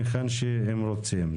היכן שהם רוצים.